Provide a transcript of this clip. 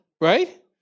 Right